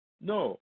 No